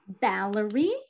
Valerie